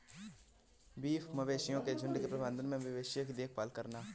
beef मवेशियों के झुंड के प्रबंधन में मवेशियों की देखभाल करना